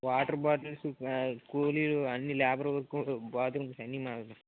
water bottles కూలీలు అన్ని labour work bottles అన్ని మావే